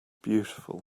beautiful